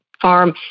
farm